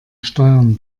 steuern